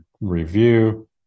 review